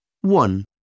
One